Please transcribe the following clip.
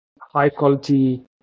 high-quality